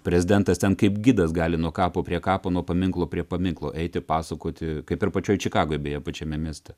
prezidentas ten kaip gidas gali nuo kapo prie kapo nuo paminklo prie paminklo eiti pasakoti kaip ir pačioj čikagoj beje pačiame mieste